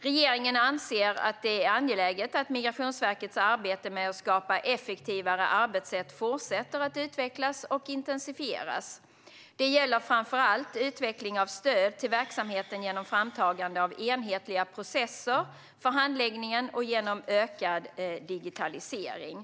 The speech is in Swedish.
Regeringen anser att det är angeläget att Migrationsverkets arbete med att skapa effektivare arbetssätt fortsätter att utvecklas och intensifieras. Det gäller framför allt utveckling av stöd till verksamheten genom framtagande av enhetliga processer för handläggningen och genom ökad digitalisering.